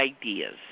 ideas